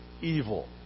evil